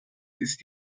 ist